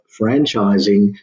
franchising